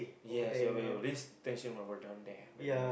yes you're available this tension when we're down there when you're